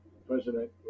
President